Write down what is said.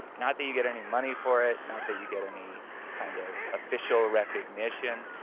not that you get any money for it, not that you get any kind of official recognition,